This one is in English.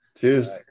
Cheers